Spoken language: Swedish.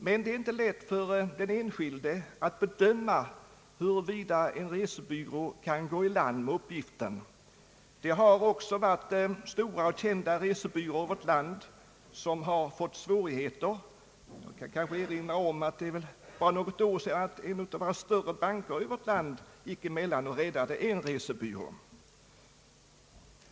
Men det är inte lätt för den en skilde att bedöma huruvida en resebyrå kan gå i land med uppgiften. Också stora och kända resebyråer i vårt land har haft svårigheter. Jag vill erinra om att för något år sedan en av våra större banker gick emellan och räddade en resebyrå.